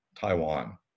Taiwan